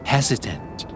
Hesitant